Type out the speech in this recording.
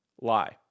Lie